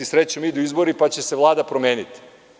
Srećom idu izbori, pa će se Vlada promeniti.